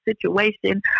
situation